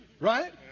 Right